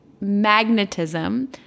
magnetism